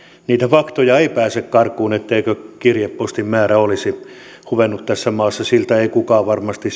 niitä faktoja ei pääse karkuun et teikö kirjepostin määrä olisi huvennut tässä maassa siltä tosiasialta ei kukaan varmasti